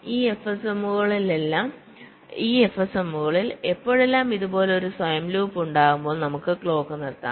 ഈ എഫ്എസ്എമ്മുകളിൽ എപ്പോഴെല്ലാം ഇതുപോലെ ഒരു സ്വയം ലൂപ്പ് ഉണ്ടാകുമ്പോൾ നമുക്ക് ക്ലോക്ക് നിർത്താം